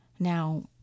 Now